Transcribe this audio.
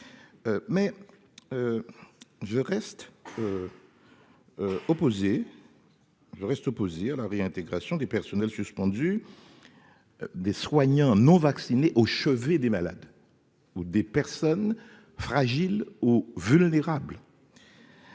je reste opposé à la réintégration des personnels suspendu des soignants non vaccinés au chevet des malades. Ou des personnes fragiles ou vulnérables.